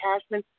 Cashman